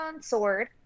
Sword